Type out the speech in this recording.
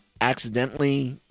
accidentally